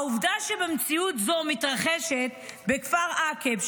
העובדה שהמציאות הזאת מתרחשת בכפר עקב,